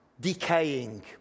decaying